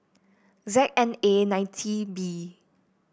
Z N A ninety B